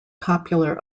popular